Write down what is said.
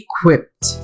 equipped